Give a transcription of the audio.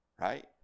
right